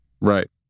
Right